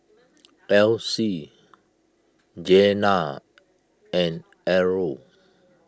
Essie Jenna and Errol